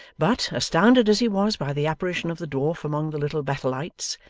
but, astounded as he was by the apparition of the dwarf among the little bethelites,